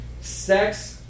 sex